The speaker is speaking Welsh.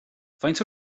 faint